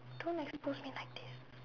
don't expose me like this